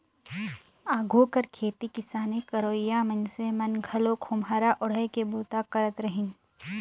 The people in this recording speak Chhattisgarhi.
आघु कर खेती किसानी करोइया मइनसे मन घलो खोम्हरा ओएढ़ के बूता करत रहिन